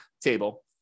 table